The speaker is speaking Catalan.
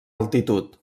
altitud